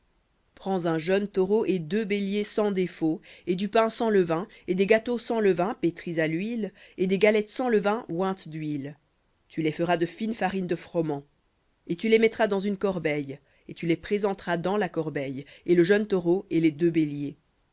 prends un jeune taureau et deux béliers sans défaut et du pain sans levain et des gâteaux sans levain pétris à l'huile et des galettes sans levain ointes d'huile tu les feras de fine farine de froment et tu les mettras dans une corbeille et tu les présenteras dans la corbeille et le jeune taureau et les deux béliers